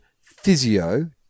physio